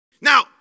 Now